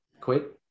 quit